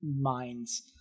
minds